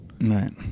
right